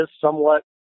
somewhat